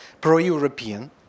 pro-European